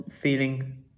feeling